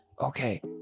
okay